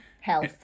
health